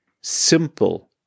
simple